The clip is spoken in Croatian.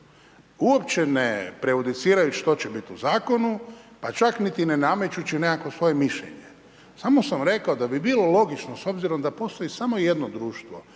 Uopće ne prejudicirajući što će biti u zakonu pa čak niti ne namećući neko svoje mišljenje. Samo sam rekao da bi bilo logično s obzirom da postoji samo jedno društvo